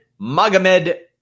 Magomed